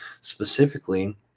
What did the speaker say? specifically